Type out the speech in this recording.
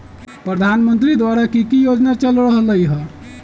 प्रधानमंत्री द्वारा की की योजना चल रहलई ह?